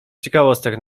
ciekawostek